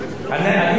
1.5%. ב-2020 יבוא המשיח.